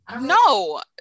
No